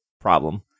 problem